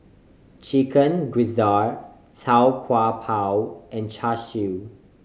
Chicken Gizzard Tau Kwa Pau and Char Siu